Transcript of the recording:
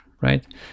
right